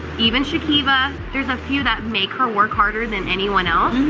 even shakiva, there's a few that make her work harder than anyone else.